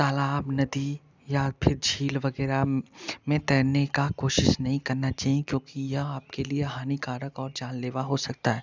तालाब नदी या फिर झील वगैरह में तैरने का कोशिश नहीं करना चाहिए क्योंकि यह आपके लिए हानिकारक और जानलेवा हो सकता है